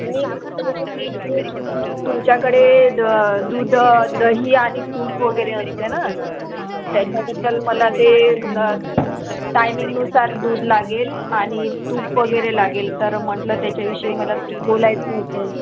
मी म्हणते की तुमच्याकडे द दूध दही आणि तूप वगैरे असते ना त्याच्याबद्दल मला ते टायमिंगनुसार दूध लागेल आणि तूप वगैरे लागेल तर म्हटलं त्याच्याविषयी मला बोलायचं होतं